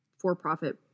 for-profit –